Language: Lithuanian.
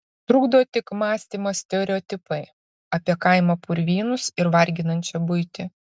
trukdo tik mąstymo stereotipai apie kaimo purvynus ir varginančią buitį